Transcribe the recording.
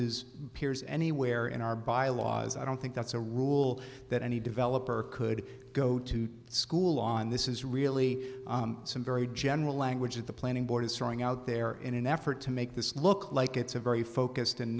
appears anywhere in our bylaws i don't think that's a rule that any developer could go to school on this is really some very general language that the planning board is throwing out there in an effort to make this look like it's a very focused and